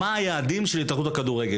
מה היעדים של התאחדות הכדורגל?